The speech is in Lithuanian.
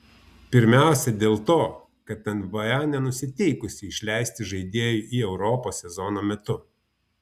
pirmiausia dėl to kad nba nenusiteikusi išleisti žaidėjų į europą sezono metu